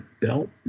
belt